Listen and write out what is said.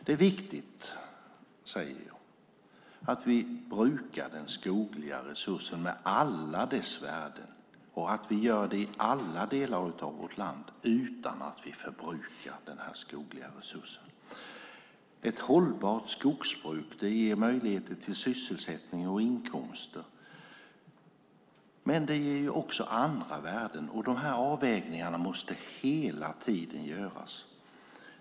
Det är viktigt att vi brukar den skogliga resursen med alla dess värden och att vi gör det i alla delar av vårt land utan att vi förbrukar den. Ett hållbart skogsbruk ger möjligheter till sysselsättning och inkomster. Men det ger också andra värden. De här avvägningarna måste hela tiden göras.